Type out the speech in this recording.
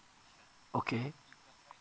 okay